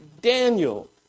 Daniel